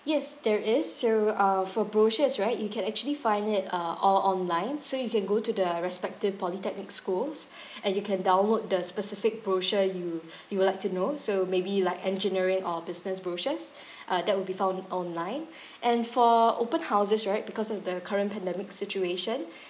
yes there is so uh for brochures right you can actually find it uh all online so you can go to the respective polytechnic schools and you can download the specific brochure you you would like to know so maybe like engineering or business brochures uh that will be found online and for open houses right because of the current pandemic situation